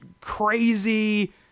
crazy